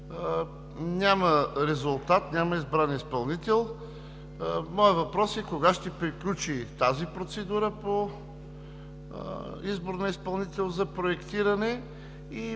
няма резултат, няма избран изпълнител. Моят въпрос е: кога ще приключи тази процедура по избора на изпълнител за проектиране и